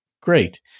Great